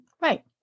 right